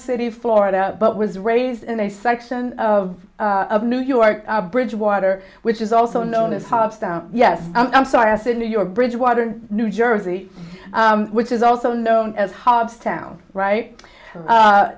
city florida but was raised in a section of of new york bridgewater which is also known as house down yes i'm sorry i said new york bridgewater new jersey which is also known as hobbes town right